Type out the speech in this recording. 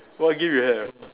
what game you have